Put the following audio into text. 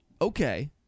Okay